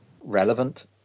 relevant